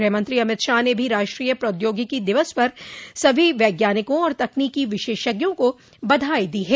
गृहमंत्री अमित शाह ने भी राष्ट्रीय प्रौद्योगिकी दिवस पर सभी वैज्ञानिकों और तकनीकी विशेषज्ञों को बधाई दी है